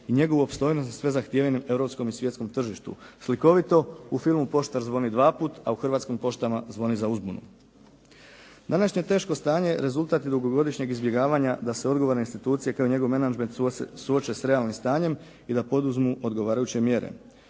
i njegovu opstojnost za sve zahtjevnijim europskom i svjetskom tržištu slikovito u filmu "Poštar zvoni dvaput", a u Hrvatskim poštama zvoni za uzbunu. Današnje teško stanje rezultat je dugogodišnjeg izbjegavanja da se odgovorne institucije kao i njegov menadžment suoče sa realnim stanjem i da poduzmu odgovarajuće mjere.